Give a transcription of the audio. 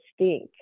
stink